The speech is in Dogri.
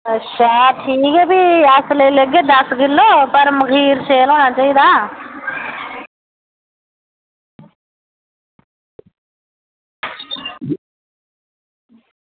अच्छा ठीक ऐ भी अस लेई लैगे दस्स किलो पर मखीर शैल होना चाहिदा